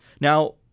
Now